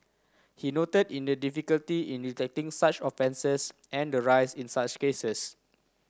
he note in the difficulty in detecting such offences and the rise in such cases